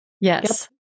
Yes